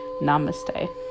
Namaste